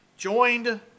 Joined